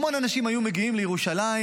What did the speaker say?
המון אנשים היו מגיעים לירושלים.